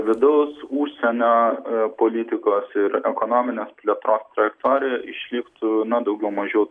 vidaus užsienio politikos ir ekonominės plėtros trajektorija išliktų na daugiau mažiau